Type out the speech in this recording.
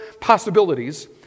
possibilities